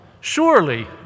surely